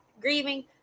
grieving